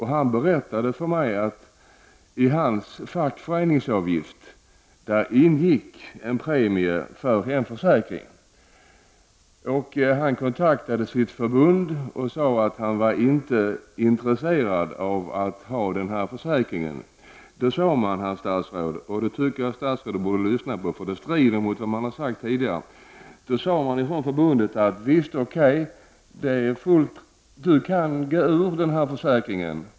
Han berättade för mig att det i hans fackföreningsavgift ingår en premie för hemförsäkring. Han kontaktade sitt förbund och sade att han inte var intresserad av att ha denna försäkring. Då sade man från fackförbundet, herr statsråd -- och jag tycker att statsrådet skall lyssna på det, eftersom det strider mot vad statsrådet tidigare har sagt -- att det var fullt möjligt för honom att omedelbart gå ur denna försäkring.